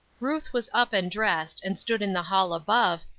ruth was up and dressed, and stood in the hall above,